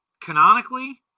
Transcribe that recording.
canonically